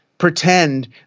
pretend